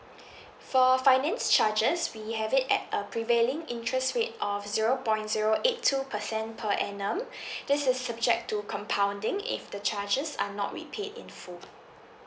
for finance charges we have it at a prevailing interest rate of zero point zero eight two percent per annum this is subject to compounding if the charges are not repaid in full